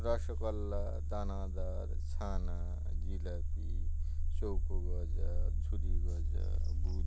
রসগোল্লা দানাদার ছানার জিলাপি চৌকো গজা ঝুরি গজা বোঁদে